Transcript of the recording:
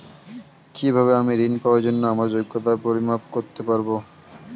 কিভাবে আমি ঋন পাওয়ার জন্য আমার যোগ্যতার পরিমাপ করতে পারব?